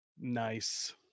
Nice